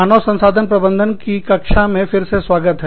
मानव संसाधन प्रबंधन की कक्षा में फिर से स्वागत है